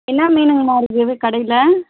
என்ன மீன் எல்லாம் இருக்குது கடையில்